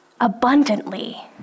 abundantly